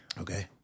Okay